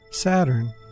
Saturn